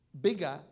Bigger